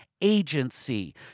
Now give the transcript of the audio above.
agency